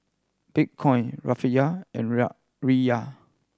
Bitcoin Rufiyaa and Riyal